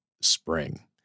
spring